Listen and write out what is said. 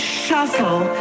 shuffle